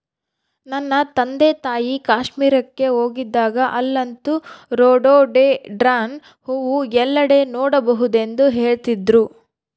ನನ್ನ ತಂದೆತಾಯಿ ಕಾಶ್ಮೀರಕ್ಕೆ ಹೋಗಿದ್ದಾಗ ಅಲ್ಲಂತೂ ರೋಡೋಡೆಂಡ್ರಾನ್ ಹೂವು ಎಲ್ಲೆಡೆ ನೋಡಬಹುದೆಂದು ಹೇಳ್ತಿದ್ರು